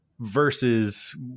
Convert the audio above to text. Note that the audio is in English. Versus